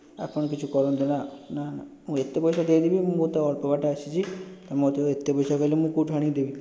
ଆପଣ କିଛି କରନ୍ତୁ ନା ନା ନା ମୁଁ ଏତେ ପଇସା ଦେଇଦେବି ମୁଁ ବହୁତ ଅଳ୍ପ ବାଟ ଆସିଛି ତୁମେ ମୋତେ ଏତେ ପଇସା କହିଲେ ମୁଁ କେଉଁଠୁ ଆଣିକି ଦେବି